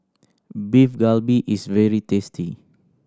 Beef Galbi is very tasty